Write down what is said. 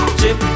chip